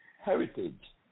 heritage